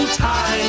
time